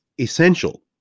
essential